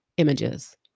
Images